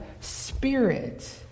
spirit